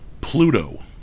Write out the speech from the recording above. Pluto